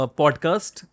podcast